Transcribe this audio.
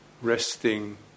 Resting